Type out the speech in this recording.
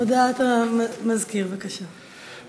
הודעת המזכיר, בבקשה.